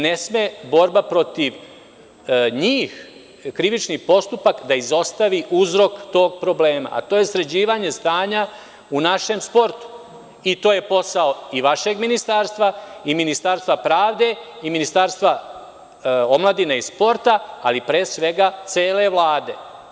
Ne sme borba protiv njih krivični postupak da izostavi uzrok tog problema, a to je sređivanje stanja u našem sportu i to je posao i vašeg ministarstva i Ministarstva pravde i Ministarstva omladine i sporta, ali pre svega cele Vlade.